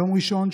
ביום ראשון,